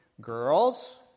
girls